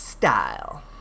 style